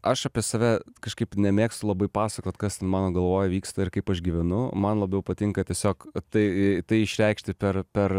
aš apie save kažkaip nemėgstu labai pasakot kas ten mano galvoj vyksta ir kaip aš gyvenu man labiau patinka tiesiog tai tai išreikšti per per